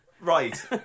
Right